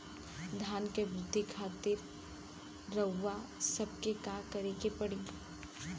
धान क वृद्धि खातिर रउआ सबके का करे के पड़ी?